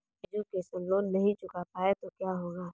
Education loan नहीं चुका पाए तो क्या होगा?